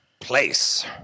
place